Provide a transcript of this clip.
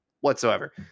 whatsoever